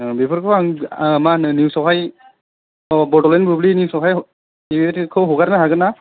ओ बेफोरखौ आं ओ मा होनो निउसावहाय बडलेण्ड निउसावहाय बेफोरबायदिखौ हगारनो हागोनना